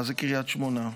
מה זה קריית שמונה?